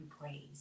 praise